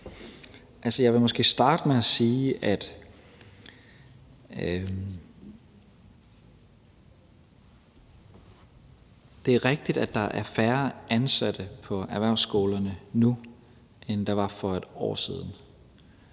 Jeg vil måske starte med at sige, at det er rigtigt, at der er færre ansatte på erhvervsskolerne nu, end der var for 1 år siden.